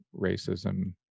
racism